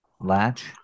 Latch